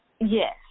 Yes